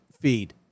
feed